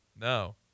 No